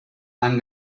han